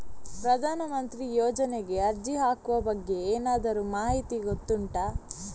ಪ್ರಧಾನ ಮಂತ್ರಿ ಯೋಜನೆಗೆ ಅರ್ಜಿ ಹಾಕುವ ಬಗ್ಗೆ ಏನಾದರೂ ಮಾಹಿತಿ ಗೊತ್ತುಂಟ?